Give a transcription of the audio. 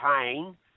pain